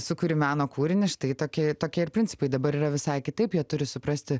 sukuri meno kūrinį štai tokie tokie ir principai dabar yra visai kitaip jie turi suprasti